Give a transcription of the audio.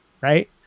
Right